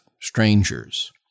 strangers